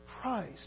Christ